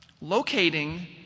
locating